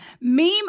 Meme